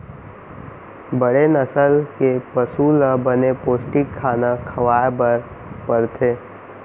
बड़े नसल के पसु ल बने पोस्टिक खाना खवाए बर परथे